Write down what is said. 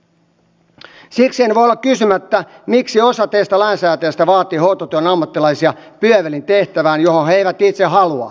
siksi en voi olla kysymättä miksi osa teistä lainsäätäjistä vaatii hoitotyön ammattilaisia pyövelin tehtävään johon he eivät itse halua